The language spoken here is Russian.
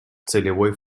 целевой